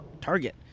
target